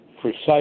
precise